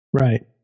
Right